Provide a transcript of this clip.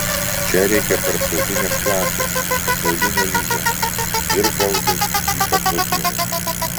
čia reikia tarptautinės klasės pasaulinio lygio ir kalbai ypač žodynui